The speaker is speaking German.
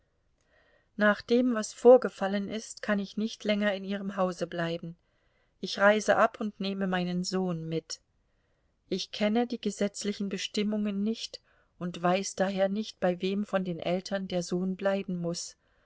nach dem was vorgefallen ist kann ich nicht länger in ihrem hause bleiben ich reise ab und nehme meinen sohn mit ich kenne die gesetzlichen bestimmungen nicht und weiß daher nicht bei wem von den eltern der sohn bleiben muß